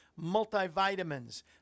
multivitamins